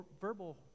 verbal